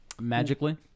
Magically